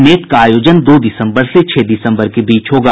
net का आयोजन दो दिसंबर से छह दिसंबर के बीच होगा